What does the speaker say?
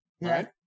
right